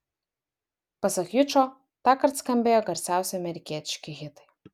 pasak jučo tąkart skambėjo garsiausi amerikietiški hitai